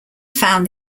found